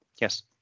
yes